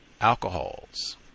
alcohols